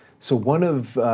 so one of,